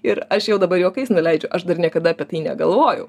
ir aš jau dabar juokais nuleidžiu aš dar niekada apie tai negalvojau